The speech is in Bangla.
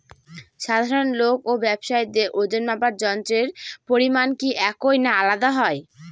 সাধারণ লোক ও ব্যাবসায়ীদের ওজনমাপার যন্ত্রের পরিমাপ কি একই না আলাদা হয়?